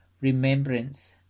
remembrance